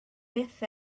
byth